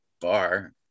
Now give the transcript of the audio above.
bar